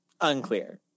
Unclear